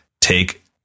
take